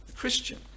Christian